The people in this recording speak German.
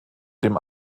dem